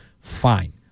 fine